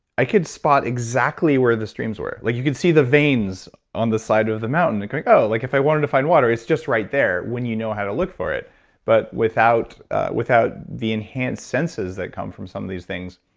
i could spot exactly where the streams were. like you could see the veins on the side of of the mountain and going oh like if i wanted to find water, it's just right there when you know how to look for it but without without the enhanced senses that come from some of these things,